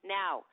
now